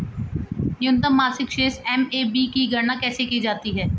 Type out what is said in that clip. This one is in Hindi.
न्यूनतम मासिक शेष एम.ए.बी की गणना कैसे की जाती है?